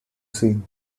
seen